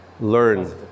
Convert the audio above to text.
Learn